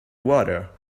water